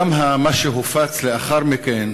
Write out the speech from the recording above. גם מה שהופץ לאחר מכן,